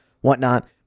whatnot